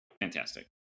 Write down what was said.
fantastic